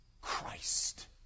Christ